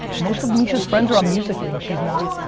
most of misha's friends are on musically, and she's not,